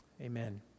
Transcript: amen